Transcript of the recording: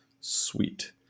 Sweet